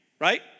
right